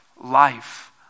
life